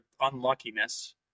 unluckiness